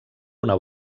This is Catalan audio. una